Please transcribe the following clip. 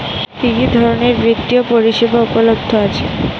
কি কি ধরনের বৃত্তিয় পরিসেবা উপলব্ধ আছে?